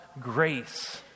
grace